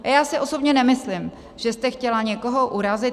A já si osobně nemyslím, že jste chtěla někoho urazit.